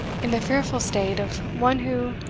in the fearful state of one who,